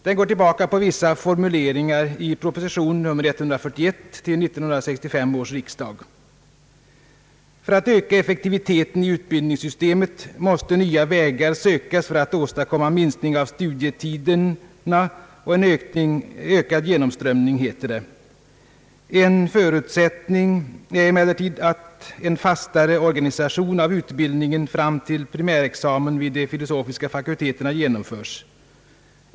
Den går tillbaka till vissa formuleringar i proposition nr 141 till 1965 års riksdag. För att öka effektiviteten i utbildningssystemet måste nya vägar sökas för att åstadkomma en minskning av studietiderna och en ökad genomströmning, heter det. En förutsättning är emellertid att en fastare organisation av utbildningen fram till primärexamen vid de filosofiska fakulteterna genomförs.